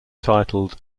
titled